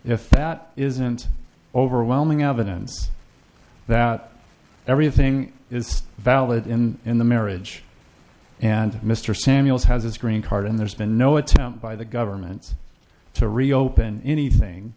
if that isn't overwhelming evidence that everything is valid in the marriage and mr samuels has his green card and there's been no attempt by the government to reopen anything